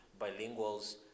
bilinguals